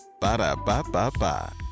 Ba-da-ba-ba-ba